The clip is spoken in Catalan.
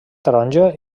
taronja